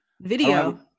video